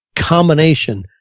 combination